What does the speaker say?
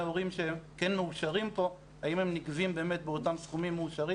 הורים שכן מאושרים פה נגבים באותם סכומים מאושרים,